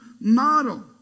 model